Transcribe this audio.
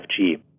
5G